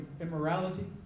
immorality